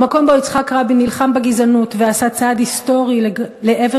במקום שבו יצחק רבין נלחם בגזענות ועשה צעד היסטורי לעבר